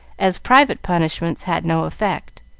as private punishments had no effect.